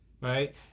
right